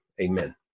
Amen